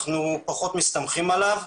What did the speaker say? אנחנו פחות מסתמכים עליו.